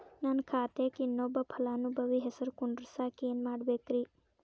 ನನ್ನ ಖಾತೆಕ್ ಇನ್ನೊಬ್ಬ ಫಲಾನುಭವಿ ಹೆಸರು ಕುಂಡರಸಾಕ ಏನ್ ಮಾಡ್ಬೇಕ್ರಿ?